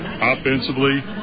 Offensively